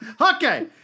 Okay